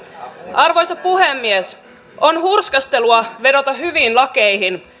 arvoisa puhemies on hurskastelua vedota hyviin lakeihin